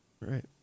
Right